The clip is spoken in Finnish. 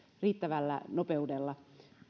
riittävällä nopeudella